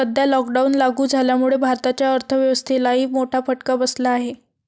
सध्या लॉकडाऊन लागू झाल्यामुळे भारताच्या अर्थव्यवस्थेलाही मोठा फटका बसला आहे